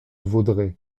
vaudrey